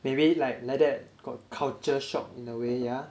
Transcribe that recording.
maybe like like that got culture shock in a way yeah